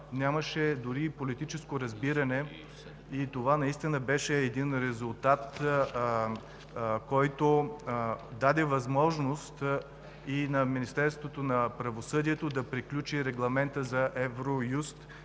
нямаше дори и политическо разбиране. Това наистина беше резултат, който даде възможност и на Министерството на правосъдието да приключи регламента за Евроюст,